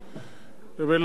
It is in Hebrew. וברוך השם,